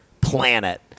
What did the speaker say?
planet